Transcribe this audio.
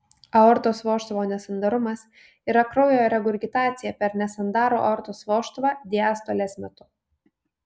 aortos vožtuvo nesandarumas yra kraujo regurgitacija per nesandarų aortos vožtuvą diastolės metu